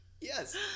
Yes